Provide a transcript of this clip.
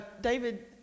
David